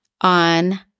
on